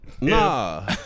nah